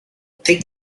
thick